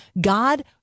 God